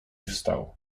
wstał